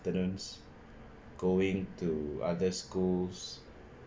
afternoons going to other schools